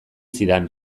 zidan